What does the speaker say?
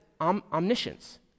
omniscience